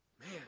Man